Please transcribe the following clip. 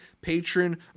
patron